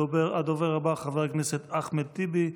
הדובר הבא, חבר הכנסת אחמד טיבי,